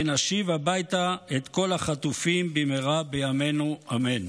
ונשיב הביתה את כל החטופים במהרה בימינו אמן.